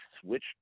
switch